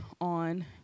on